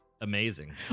amazing